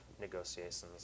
negotiations